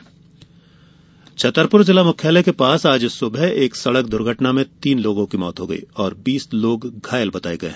दुर्घटना छतरपुर जिला मुख्यालय के पास आज सुबह एक सड़क दर्घटना में तीन लोगों की मौत हो गई और बीस लोग घायल हो गये